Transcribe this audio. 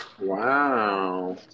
Wow